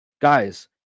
Guys